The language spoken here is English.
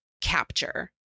capture